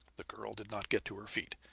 the girl did not get to her feet.